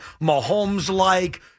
Mahomes-like